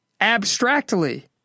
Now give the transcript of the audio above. abstractly